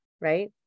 right